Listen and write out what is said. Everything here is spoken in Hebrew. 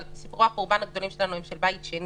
אבל סיפורי החורבן הגדולים שלנו הם על בית שני,